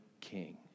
King